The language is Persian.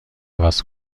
عوض